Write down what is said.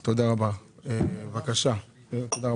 בבקשה.